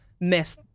miss